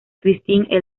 christine